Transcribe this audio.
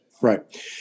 right